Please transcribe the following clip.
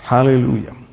Hallelujah